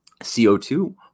CO2